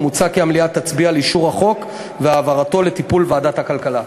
ומוצע כי המליאה תצביע בעד אישור החוק והעברתו לטיפול ועדת הכלכלה.